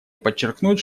подчеркнуть